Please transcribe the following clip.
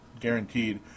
Guaranteed